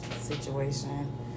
situation